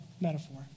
metaphor